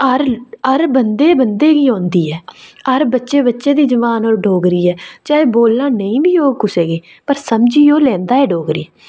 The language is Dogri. हर बंदे बंदे गी औंदी ऐ हर बच्चे बच्चे दी जुबान डोगरी ऐ चाहे बोलना नेईं होग कुसै गी पर समझी ओह् लैंदा ऐ डोगरी